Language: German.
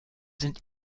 sind